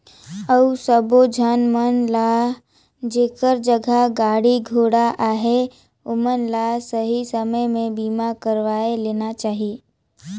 अउ सबो झन मन ल जेखर जघा गाड़ी घोड़ा अहे ओमन ल सही समे में बीमा करवाये लेना चाहिए